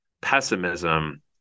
pessimism